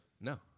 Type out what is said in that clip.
No